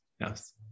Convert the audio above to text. Yes